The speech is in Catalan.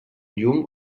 llum